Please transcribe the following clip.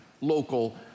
local